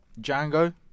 Django